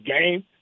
game